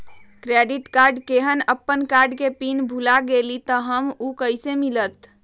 Credit card केहन अपन card के पिन भुला गेलि ह त उ कईसे मिलत?